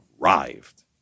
arrived